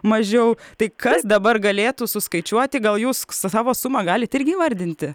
mažiau tai kas dabar galėtų suskaičiuoti gal jūs savo sumą galit irgi įvardinti